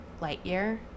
Lightyear